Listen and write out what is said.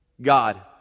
God